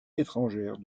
étrangères